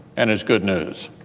and it's good news.